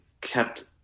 kept